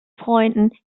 freunden